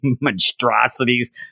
monstrosities